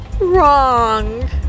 wrong